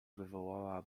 wywołała